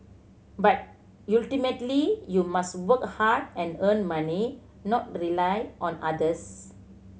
but you must work hard and earn money not rely on others